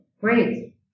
Great